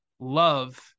Love